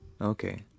Okay